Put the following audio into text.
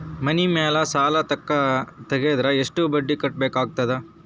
ಮನಿ ಮೇಲ್ ಸಾಲ ತೆಗೆದರ ಎಷ್ಟ ಬಡ್ಡಿ ಕಟ್ಟಬೇಕಾಗತದ?